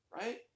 right